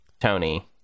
Tony